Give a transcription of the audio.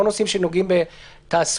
לא נושאים שנוגעים בתעסוקה,